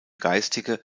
geistige